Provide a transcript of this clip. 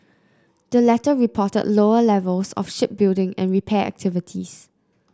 the latter reported lower levels of shipbuilding and repair activities